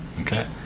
Okay